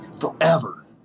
forever